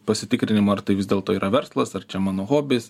pasitikrinimo ar tai vis dėlto yra verslas ar čia mano hobis